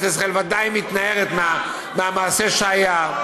ישראל ודאי מתנערת מהמעשה שהיה.